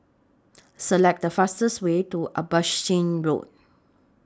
Select The fastest Way to Abbotsingh Road